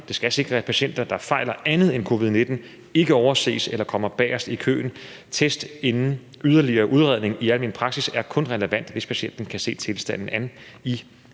Det skal sikre, at patienter, der fejler andet end covid-19, ikke overses eller kommer bagest i køen. Test inden yderligere udredning i almen praksis er kun relevant, hvis patienten kan se tilstanden an i